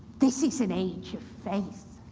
this is an age of faith,